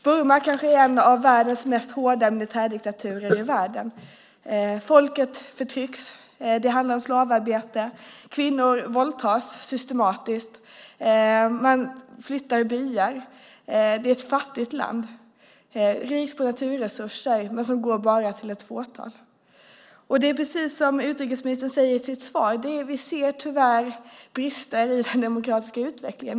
Burma är kanske en av världens hårdaste militärdiktaturer. Folket där förtrycks. Det handlar också om slavarbete. Kvinnor våldtas systematiskt. Byar flyttas. Landet är fattigt men rikt på naturresurser som dock går bara till ett fåtal. Precis som utrikesministern säger i sitt svar ser vi tyvärr brister i den demokratiska utvecklingen.